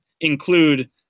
include